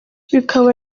bikaba